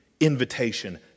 Invitation